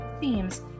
themes